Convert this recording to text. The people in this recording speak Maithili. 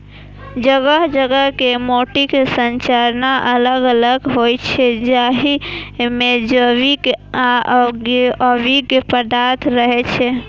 जगह जगह के माटिक संरचना अलग अलग होइ छै, जाहि मे जैविक आ अजैविक पदार्थ रहै छै